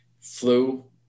flu